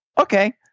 okay